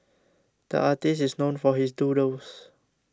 the artist is known for his doodles